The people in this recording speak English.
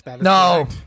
No